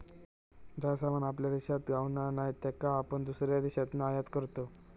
जा सामान आपल्या देशात गावणा नाय त्याका आपण दुसऱ्या देशातना आयात करतव